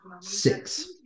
Six